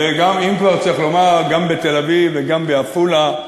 ואם כבר, צריך לומר, גם בתל-אביב וגם בעפולה,